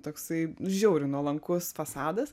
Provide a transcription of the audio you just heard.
toksai žiauriai nuolankus fasadas